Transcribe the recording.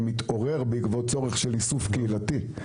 התעורר בעקבות צורך של איסוף קהילתי.